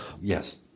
Yes